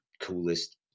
coolest